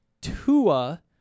Tua